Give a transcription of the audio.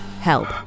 help